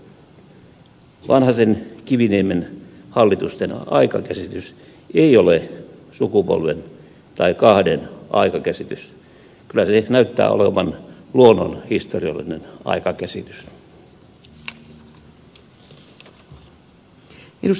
vanhasen ja kiviniemen hallitusten aikakäsitys ei ole sukupolven tai kahden aikakäsitys kyllä se näyttää olevan luonnonhistoriallinen aikakäsitys